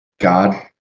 god